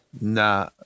Nah